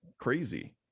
Crazy